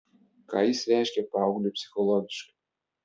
ką jis reiškia paaugliui psichologiškai